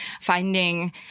finding